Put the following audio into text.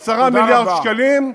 10 מיליארד שקלים,